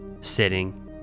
sitting